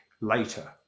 later